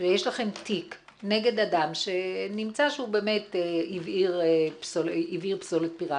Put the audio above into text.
ויש לכם תיק נגד אדם נמצא שהוא באמת הבעיר פסולת פירטית,